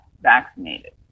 vaccinated